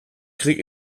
krieg